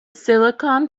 silicon